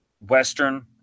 Western –